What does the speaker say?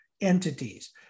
entities